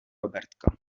robertka